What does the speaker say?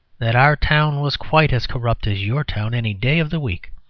that our town was quite as corrupt as your town any day of the week.